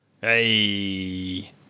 Hey